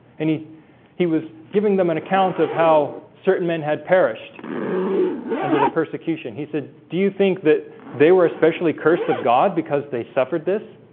and he he was giving them an account of how certain men had perished under the persecution he said do you think that they were especially cursed of god because they suffered this